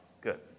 Good